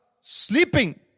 sleeping